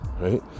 right